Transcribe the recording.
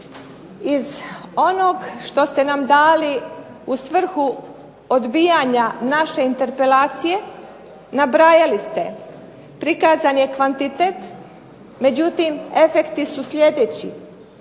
iz onog što ste nam dali u svrhu odbijanja naše interpelacije nabrajali ste, prikazan je kvantitet, međutim efekti su sljedeći.